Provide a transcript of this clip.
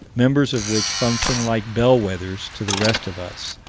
members of which function like bellwethers to the rest of us,